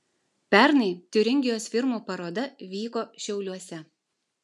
pernai tiuringijos firmų paroda vyko šiauliuose